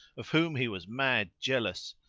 of whom he was mad-jealous,